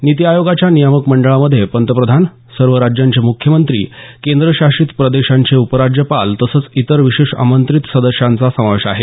नीती आयोगाच्या नियामक मंडळामधे पंतप्रधान सर्व राज्यांचे मुख्यमंत्री केंद्रशासित प्रदेशांचे उपराज्यपाल तसंच इतर विशेष आमंत्रित सदस्यांचा समावेश आहे